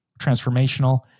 transformational